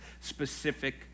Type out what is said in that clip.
specific